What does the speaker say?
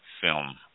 film